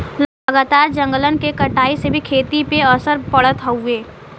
लगातार जंगलन के कटाई से भी खेती पे असर पड़त हउवे